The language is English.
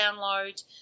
download